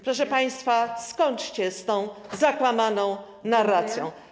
Proszę państwa, skończcie z tą zakłamaną narracją.